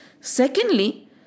Secondly